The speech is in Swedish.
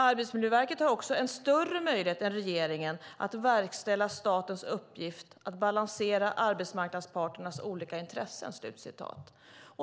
Arbetsmiljöverket har också en större möjlighet än regeringen att verkställa statens uppgift att balansera arbetsmarknadsparternas olika intressen."